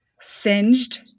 singed